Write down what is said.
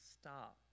Stop